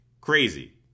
crazy